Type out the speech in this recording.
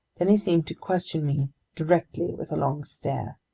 then he seemed to question me directly with a long stare.